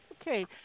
Okay